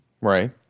Right